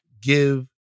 give